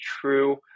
true